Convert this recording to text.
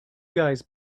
guys